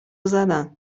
زدن